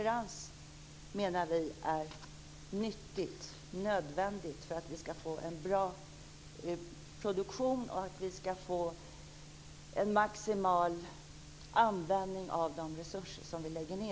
Vi menar att konkurrens är nyttigt och nödvändigt för att man ska få en bra produktion och för att vi ska få en maximal användning av de resurser som man lägger ned.